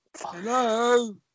Hello